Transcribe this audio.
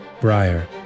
Briar